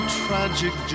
tragic